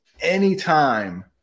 anytime